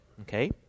okay